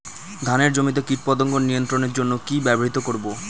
ধানের জমিতে কীটপতঙ্গ নিয়ন্ত্রণের জন্য কি ব্যবহৃত করব?